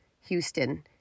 Houston